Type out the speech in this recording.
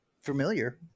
familiar